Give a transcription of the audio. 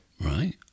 Right